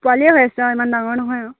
পোৱালীয়ে হৈ আছে আৰু ইমান ডাঙৰ নহয় আৰু